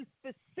specific